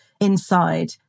inside